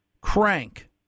crank